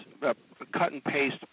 cut-and-paste